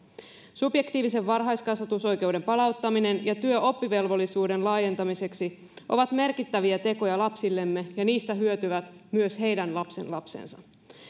subjektiivisen varhaiskasvatusoikeuden palauttaminen ja työ oppivelvollisuuden laajentamiseksi ovat merkittäviä tekoja lapsillemme ja niistä hyötyvät myös heidän lapsenlapsensa